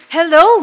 Hello